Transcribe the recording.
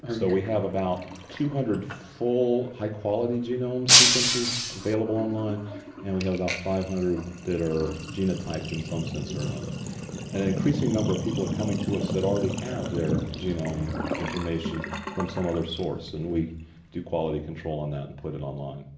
so, we have about two hundred full high-quality genome sequences available online and we have about five hundred that are genotyped in some sense or another. and an increasing number of people are coming to us that already have their genome information from some other source and we do quality control on that and put it online.